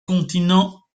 continents